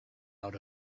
out